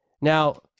Now